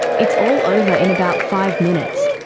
it's all over in about five minutes.